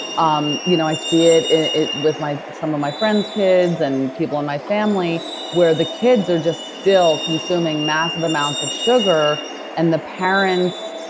um you know i see it it with some of my friends kids and people in my family where the kids are just still consuming massive amounts of sugar and the parents,